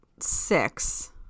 six